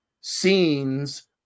scenes